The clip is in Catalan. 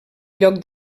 lloc